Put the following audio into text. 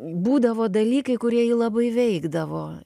būdavo dalykai kurie jį labai veikdavo